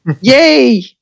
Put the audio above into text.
yay